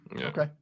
Okay